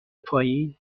پایین